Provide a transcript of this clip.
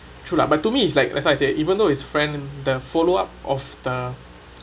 true lah but to me it's like that's why I say even though is friend the follow up of the